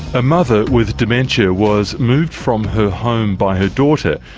a mother with dementia was moved from her home by her daughter,